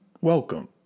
welcome